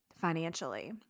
financially